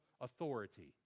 authority